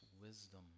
wisdom